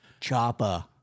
choppa